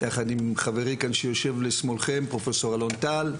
יחד עם חברי כאן שיושב לשמאלכם, פרופסור אלון טל.